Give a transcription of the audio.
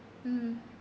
mm